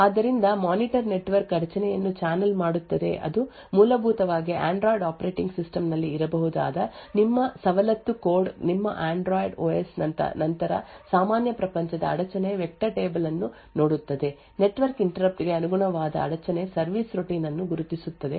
ಆದ್ದರಿಂದ monitor network ಅಡಚಣೆಯನ್ನು channel ಮಾಡುತ್ತದೆ ಅದು ಮೂಲಭೂತವಾಗಿ ಆಂಡ್ರಾಯ್ಡ್ ಆಪರೇಟಿಂಗ್ ಸಿಸ್ಟಂ ನಲ್ಲಿ ಇರಬಹುದಾದ ನಿಮ್ಮ ಸವಲತ್ತು ಕೋಡ್ ನಿಮ್ಮ ಆಂಡ್ರಾಯ್ಡ್ ಓ ಸ್ ನಂತರ ಸಾಮಾನ್ಯ ಪ್ರಪಂಚದ ಅಡಚಣೆ ವೆಕ್ಟರ್ ಟೇಬಲ್ ಅನ್ನು ನೋಡುತ್ತದೆ ನೆಟ್ವರ್ಕ್ ಇಂಟರಪ್ಟ್ ಗೆ ಅನುಗುಣವಾದ ಅಡಚಣೆ ಸರ್ವಿಸ್ ರೂಟೀನ್ ಅನ್ನು ಗುರುತಿಸುತ್ತದೆ ಮತ್ತು ನಂತರ ಅನುಗುಣವಾದ ಸರ್ವಿಸ್ ರೂಟೀನ್ ಅನ್ನು ಕಾರ್ಯಗತಗೊಳಿಸುತ್ತದೆ